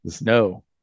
No